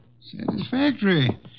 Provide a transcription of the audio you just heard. Satisfactory